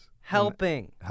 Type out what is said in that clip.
Helping